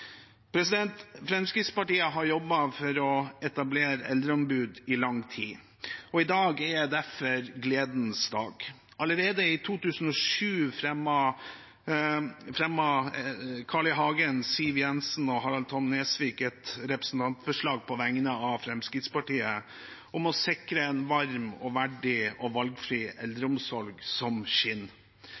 Fremskrittspartiet har jobbet for å etablere eldreombud i lang tid. I dag er det derfor en gledens dag. Allerede i 2007 fremmet Carl I. Hagen, Siv Jensen og Harald T. Nesvik et representantforslag på vegne av Fremskrittspartiet om «å sikre en varm, valgfri og verdig eldreomsorg som